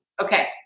Okay